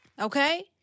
okay